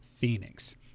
phoenix